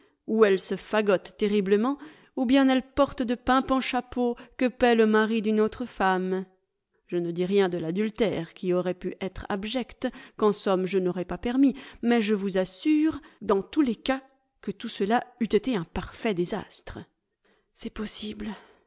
ou elle se fagote terriblement ou bien elle porte de pimpants chapeaux que paie le mari d'une autre femme je ne dis rien de l'adultère qui aurait pu être abject qu'en somme je n'aurais pas permis mais je vous assure dans tous les cas que tout cela eût été un parfait désastre c'est possible